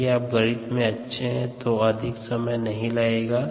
यदि आप गणित में अच्छे हैं तो अधिक समय नहीं लगेगा